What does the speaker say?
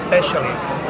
Specialist